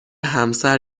همسر